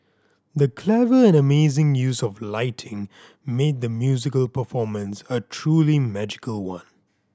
the clever and amazing use of lighting made the musical performance a truly magical one